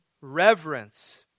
Reverence